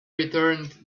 returned